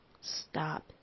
stop